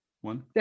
one